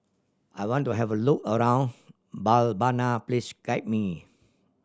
I want to have a look around Mbabana please guide me